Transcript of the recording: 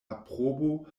aprobo